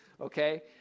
okay